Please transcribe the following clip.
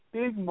big